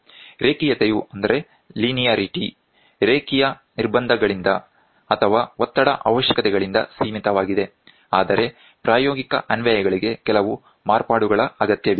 ರೇಖೀಯತೆಯು ರೇಖೀಯ ನಿರ್ಬಂಧಗಳಿಂದ ಅಥವಾ ಒತ್ತಡ ಅವಶ್ಯಕತೆಗಳಿಂದ ಸೀಮಿತವಾಗಿದೆ ಆದರೆ ಪ್ರಾಯೋಗಿಕ ಅನ್ವಯಗಳಿಗೆ ಕೆಲವು ಮಾರ್ಪಾಡುಗಳ ಅಗತ್ಯವಿದೆ